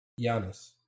Giannis